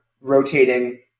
rotating